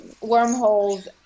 wormholes